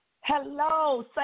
Hello